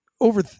over